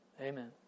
Amen